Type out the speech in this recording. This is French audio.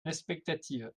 l’expectative